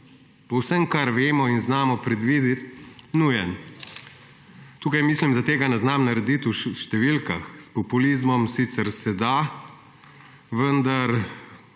vsem, kar vemo in znamo predvideti, nujen. Tukaj mislim, da tega ne znam narediti v številkah. S populizmom se sicer da